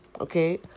Okay